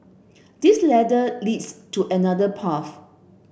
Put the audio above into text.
this ladder leads to another path